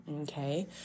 okay